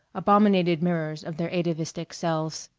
abominated mirrors of their atavistic selves.